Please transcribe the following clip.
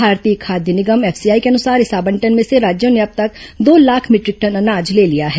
भारतीय खाद्य निगम एफसीआई के अनुसार इस आवंटन में से राज्यों ने अब तक दो लाख मीटरिक टन अनाज ले लिया है